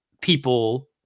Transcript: people